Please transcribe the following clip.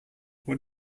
what